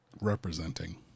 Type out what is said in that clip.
representing